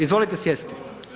Izvolite sjesti.